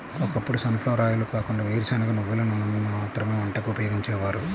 ఒకప్పుడు sunflower oil కాకుండా వేరుశనగ, నువ్వుల నూనెను మాత్రమే వంటకు ఉపయోగించేవారు